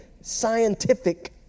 scientific